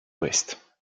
ouest